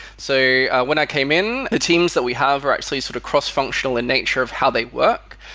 so when i came in, the teams that we have are actually sort of cross functional in nature of how they work.